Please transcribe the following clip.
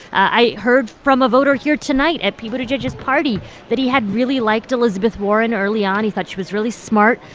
i heard from a voter here tonight at pete buttigieg's party that he had really liked elizabeth warren early on. he thought she was really smart,